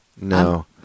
no